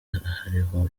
hariho